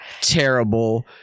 terrible